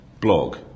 blog